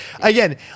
again